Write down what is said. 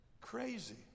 Crazy